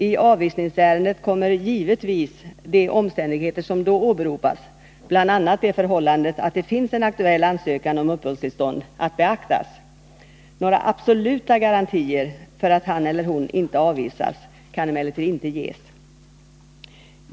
I avvisningsärendet kommer givetvis de omständigheter som då åberopas — bl.a. det förhållandet att det finns en aktuell ansökan om uppehållstillstånd — att beaktas. Några absoluta garantier för att han eller hon inte avvisas kan emellertid inte ges.